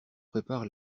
prépare